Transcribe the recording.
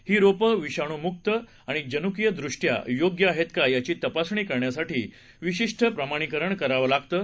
ही रोपं विषाणूमुक्त आणि जनुकीय दृष्ट्या योग्य आहेत का याची तपासणी करण्यासाठी विशिष्ट प्रमाणीकरण करावं लागतं